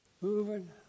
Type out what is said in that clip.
Moving